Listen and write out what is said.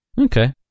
Okay